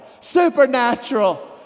Supernatural